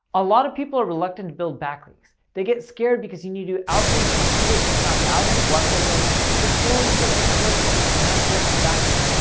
a lot of people are reluctant to build backlinks. they get scared because you need to do outreach to hundreds, if not, thousands of website's owners before you get your first handful of backlinks.